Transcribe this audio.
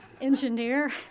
engineer